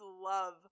love